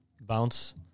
bounce